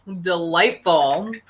Delightful